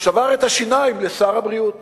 שבר את השיניים לשר הבריאות